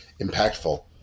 impactful